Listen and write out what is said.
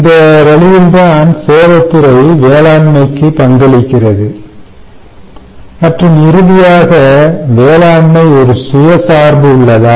இந்த வழியில் தான் சேவைத்துறை வேளாண்மைக்கு பங்களிக்கிறது மற்றும் இறுதியாக வேளாண்மை ஒரு சுய சார்பு உள்ளதா